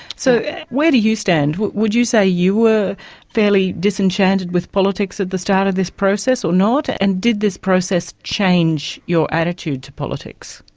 so where do you stand? would you say you were fairly disenchanted with politics at the start of this process or not, and did this process change your attitude to politics?